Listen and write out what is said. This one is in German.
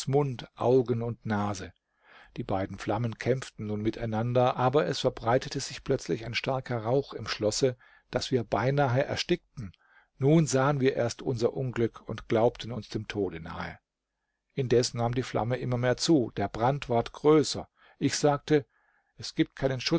mund augen und nase die beiden flammen kämpften nun miteinander aber es verbreitete sich plötzlich ein starker rauch im schlosse daß wir beinahe erstickten nun sahen wir erst unser unglück und glaubten uns dem tode nahe indes nahm die flamme immer zu der brand ward größer ich sagte es gibt keinen